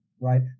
right